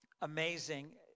amazing